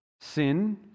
sin